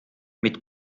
mit